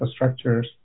infrastructures